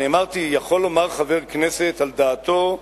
אני אמרתי: יכול לומר חבר כנסת על דעתו,